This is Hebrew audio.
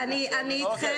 אני בחזרה